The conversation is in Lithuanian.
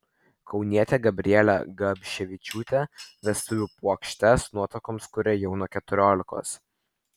kaunietė gabrielė gabševičiūtė vestuvių puokštes nuotakoms kuria jau nuo keturiolikos